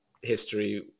history